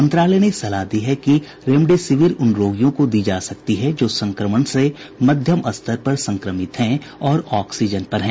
मंत्रालय ने सलाह दी है कि रेमडेसिविर उन रोगियों को दी जा सकती है जो संक्रमण से मध्यम स्तर पर संक्रमित हैं और ऑक्सीजन पर हैं